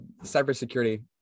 cybersecurity